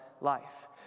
life